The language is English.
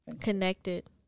Connected